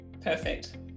perfect